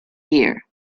here